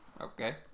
okay